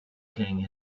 king